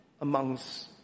amongst